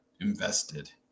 invested